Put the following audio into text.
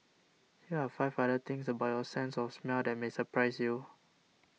here are five other things about your sense of smell that may surprise you